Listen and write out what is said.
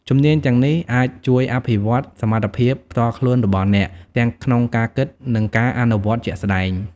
ជំនាញទាំងនេះអាចជួយអភិវឌ្ឍសមត្ថភាពផ្ទាល់ខ្លួនរបស់អ្នក ទាំងក្នុងការគិត និងការអនុវត្តជាក់ស្ដែង។